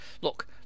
look